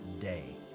day